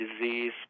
disease